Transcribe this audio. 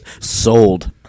Sold